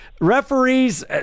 Referees